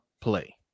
play